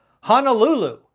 Honolulu